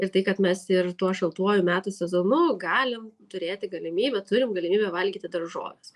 ir tai kad mes ir tuo šaltuoju metų sezonu galim turėti galimybę turim galimybę valgyti daržoves